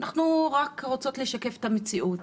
אנחנו רק רוצות לשקף את המציאות.